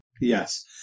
Yes